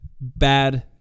bad